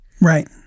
Right